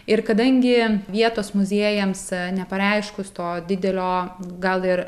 ir kadangi vietos muziejams nepareiškus to didelio gal ir